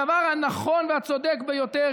הדבר הנכון והצודק ביותר,